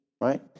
right